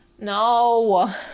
No